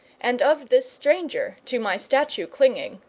and of this stranger to my statue clinging.